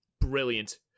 brilliant